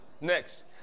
Next